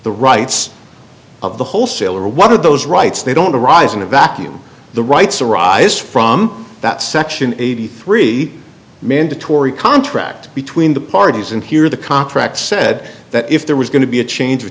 the rights of the wholesaler one of those rights they don't arise in a vacuum the rights arise from that section eighty three mandatory contract between the parties and here the contract said that if there was going to be a change o